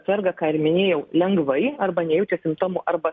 serga ką ir minėjau lengvai arba nejaučia simptomų arba